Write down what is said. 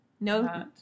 No